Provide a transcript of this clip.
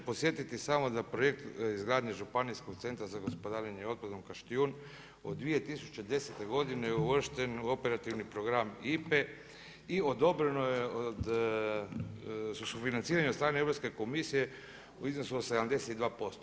Ja ću podsjetiti samo na projekt izgradnje Županijskog centra za gospodarenje otpadom Kaštijun od 2010. godine je uvršten u operativni program IPA-e i odobreno je od sufinanciranja od strane Europske komisije u iznosu od 72%